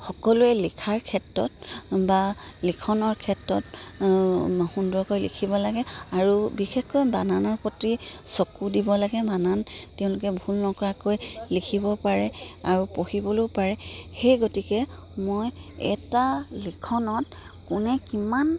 সকলোৱে লিখাৰ ক্ষেত্ৰত বা লিখনৰ ক্ষেত্ৰত সুন্দৰকৈ লিখিব লাগে আৰু বিশেষকৈ বানানৰ প্ৰতি চকু দিব লাগে বানান তেওঁলোকে ভুল নকৰাকৈ লিখিব পাৰে আৰু পঢ়িবলৈয়ো পাৰে সেই গতিকে মই এটা লিখনত কোনে কিমান